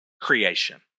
creation